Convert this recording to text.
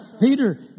Peter